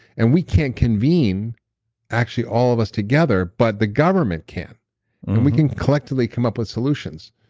and we can't convene actually all of us together, but the government can and we can collectively come up with solutions.